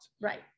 Right